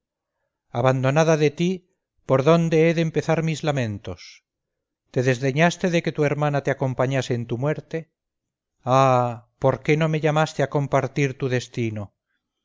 abandonada de ti por donde he de empezar mis lamentos te desdeñaste de que tu hermana te acompañase en tu muerte ah por qué no me llamaste a compartir tu destino el